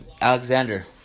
Alexander